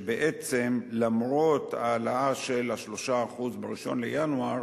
שבעצם, למרות ההעלאה של 3% ב-1 בינואר,